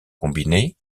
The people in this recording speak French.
combiné